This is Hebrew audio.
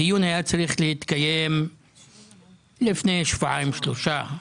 הדיון היה צריך להתקיים לפני שבועיים שלושה.